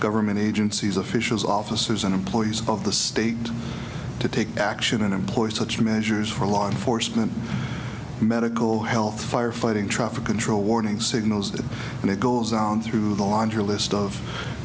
government agencies officials officers and employees of the state to take action and employ such measures for law enforcement medical health fire fighting traffic control warning signals and it goes down through the laundry list of